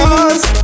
Cause